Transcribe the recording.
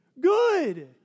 Good